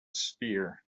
sphere